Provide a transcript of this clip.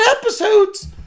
episodes